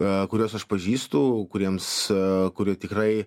a kuriuos aš pažįstu kuriems a kurie tikrai